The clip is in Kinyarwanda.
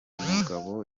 mugabo